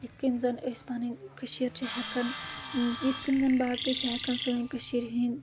یِتھ کٔنۍ زن أسۍ پنٕنۍ کٔشیٖر چھِ ہؠکان یِتھ کٔنۍ زَن باقٕے چھِ ہؠکان سٲنۍ کٔشیٖرِ ہِنٛدۍ